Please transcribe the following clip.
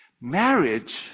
Marriage